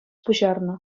пуҫарнӑ